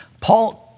Paul